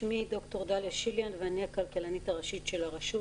שמי ד"ר דליה שיליאן ואני הכלכלנית הראשית של הרשות.